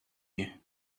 you